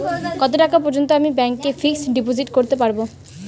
কত টাকা পর্যন্ত আমি ব্যাংক এ ফিক্সড ডিপোজিট করতে পারবো?